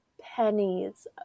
pennies